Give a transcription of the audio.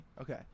okay